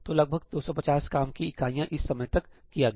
तो लगभग 250 काम की इकाइयाँ इस समय तक किया गया